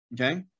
Okay